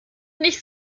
nicht